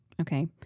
Okay